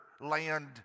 land